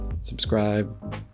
subscribe